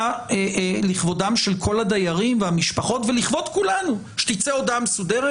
לכבודם של כל הדיירים והמשפחות ולכבוד כולנו שתצא הודעה מסודרת?